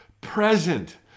present